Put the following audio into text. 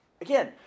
again